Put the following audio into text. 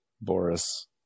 Boris